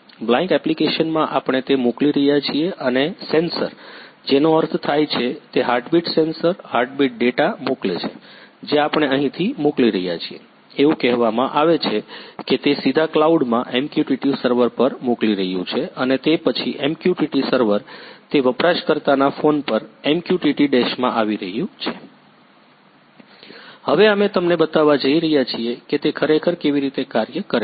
Blynk એપ્લિકેશનમાં આપણે તે મોકલી રહ્યાં છીએ અને સેન્સર જેનો અર્થ થાય છે તે હાર્ટબીટ સેન્સર હાર્ટબીટ ડેટા મોકલે છે જે આપણે અહીંથી મોકલી રહ્યા છીએ એવું કહેવામાં આવે છે કે તે સીધા ક્લાઉડમાં MQTT સર્વર પર મોકલી રહ્યું છે અને તે પછી MQTT સર્વર તે વપરાશકર્તાના ફોન પર એમક્યુટીટી ડેશમાં આવી રહ્યું છે હવે અમે તમને બતાવવા જઈ રહ્યા છીએ કે તે ખરેખર કેવી રીતે કાર્ય કરે છે